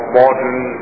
modern